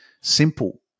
simple